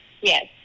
Yes